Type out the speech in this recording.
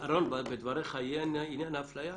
רון, בדבריך יהיה עניין האפליה?